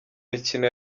mikino